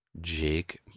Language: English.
Jake